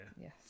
Yes